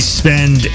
spend